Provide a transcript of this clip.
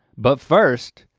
but first,